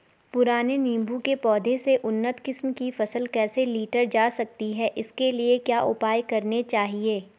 पुराने नीबूं के पौधें से उन्नत किस्म की फसल कैसे लीटर जा सकती है इसके लिए क्या उपाय करने चाहिए?